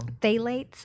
phthalates